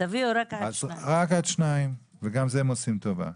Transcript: תביאו רק עד שניים וגם זה הם עושים טובה.